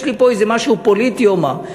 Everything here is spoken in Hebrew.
יש לי פה איזה משהו פוליטי או מה.